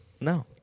No